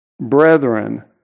brethren